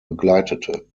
begleitete